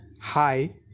hi